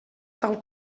tal